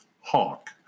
Hawk